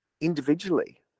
individually